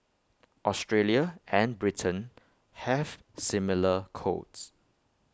Australia and Britain have similar codes